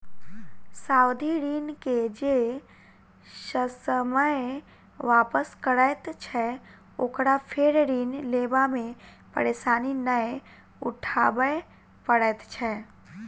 सावधि ऋण के जे ससमय वापस करैत छै, ओकरा फेर ऋण लेबा मे परेशानी नै उठाबय पड़ैत छै